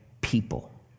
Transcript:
people